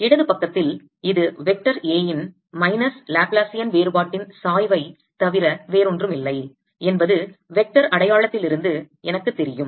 இடது பக்கத்தில் இது வெக்டர் A இன் மைனஸ் லாப்லேசியன் வேறுபாட்டின் சாய்வை தவிர வேறொன்றுமில்லை என்பது வெக்டர் அடையாளத்திலிருந்து எனக்குத் தெரியும்